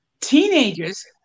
teenagers